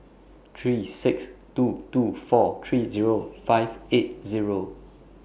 three six two two four three Zero five eight Zero